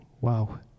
Wow